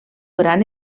gran